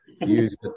use